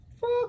Fuck